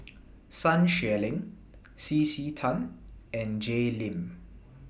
Sun Xueling C C Tan and Jay Lim